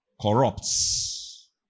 corrupts